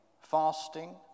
fasting